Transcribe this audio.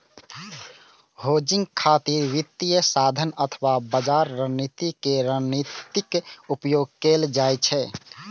hedging खातिर वित्तीय साधन अथवा बाजार रणनीति के रणनीतिक उपयोग कैल जाइ छै